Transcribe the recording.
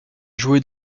joué